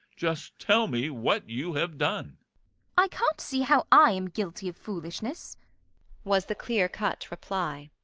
just tell me what you have done i can't see how i am guilty of foolishness was the clear-cut reply.